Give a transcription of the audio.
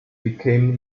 became